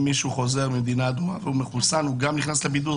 אם מישהו חוזר ממדינה אדומה והוא מחוסן הוא גם נכנס לבידוד,